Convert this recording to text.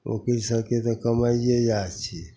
ओकिल सभके तऽ कमाइए इएह छिए